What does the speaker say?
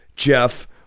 Jeff